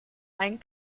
einen